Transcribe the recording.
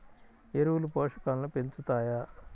ఎరువులు పోషకాలను పెంచుతాయా?